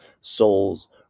souls